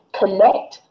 connect